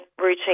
routine